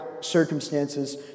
circumstances